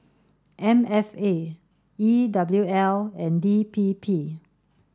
M F A E W L and D P P